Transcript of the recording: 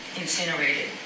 incinerated